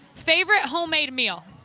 favorite home made feel.